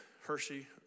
Hershey